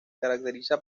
caracteriza